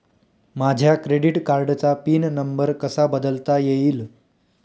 माझ्या क्रेडिट कार्डचा pin number कसा बदलता येईल?